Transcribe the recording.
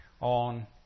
on